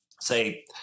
say